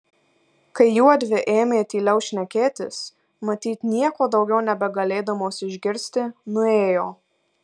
kai juodvi ėmė tyliau šnekėtis matyt nieko daugiau nebegalėdamos išgirsti nuėjo